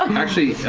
um actually,